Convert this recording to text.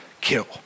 kill